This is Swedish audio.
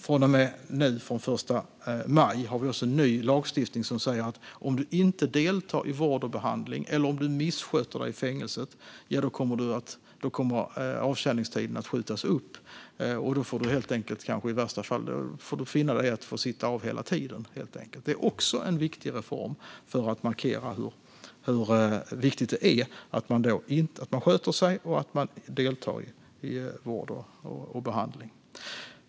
Från och med den 1 maj har vi också ny lagstiftning som säger att om man inte deltar i vård och behandling eller om man missköter sig i fängelset kommer avtjänandetiden att skjutas upp. Då får man i värsta fall finna sig i att sitta av hela tiden. Det är också en viktig reform för att markera hur viktigt det är att man sköter sig och deltar i vård och behandling.